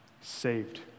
Saved